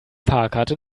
fahrkarte